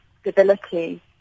stability